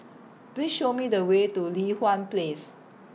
Please Show Me The Way to Li Hwan Place